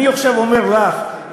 אני אומר לך עכשיו,